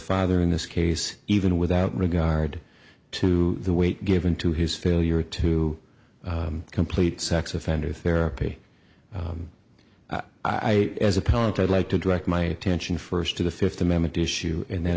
father in this case even without regard to the weight given to his failure to complete sex offender therapy i as a parent i'd like to direct my attention first to the fifth amendment issue and then